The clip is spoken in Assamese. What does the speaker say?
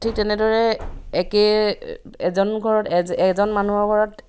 ঠিক তেনেদৰে একে এজন ঘৰত এজন মানুহৰ ঘৰত